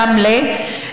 ברמלה,